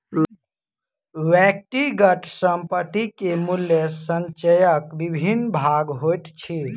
व्यक्तिगत संपत्ति के मूल्य संचयक विभिन्न भाग होइत अछि